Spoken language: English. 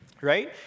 right